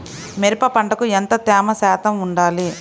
మిరప పంటకు ఎంత తేమ శాతం వుండాలి?